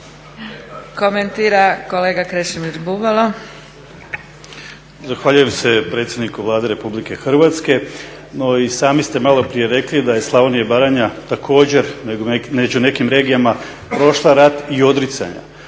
**Bubalo, Krešimir (HDSSB)** Zahvaljujem se predsjedniku Vlade Republike Hrvatske. No i sami ste maloprije rekli da je Slavonija i Baranja također među nekim regijama prošla rat i odricanja,